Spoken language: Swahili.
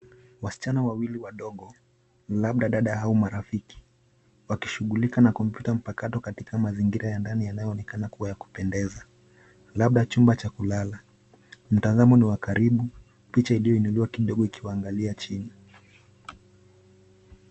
Wasichana wawili wadogo labda dada au marafiki wakishughulika na kompyuta mpakato katika mazingira ya ndani yanayoonekana kuwa ya kupendeza labda chumba cha kulala. Mtazamo ni wa karibu picha iliyoinuliwa kidogo ikiangalia chini.